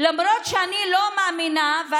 למרות שאני לא מאמינה ששוויון קיים,